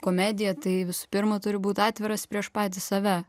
komediją tai visų pirma turi būt atviras prieš patį save